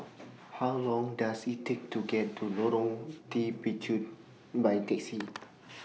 How Long Does IT Take to get to Lorong By Taxi